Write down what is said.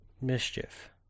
Mischief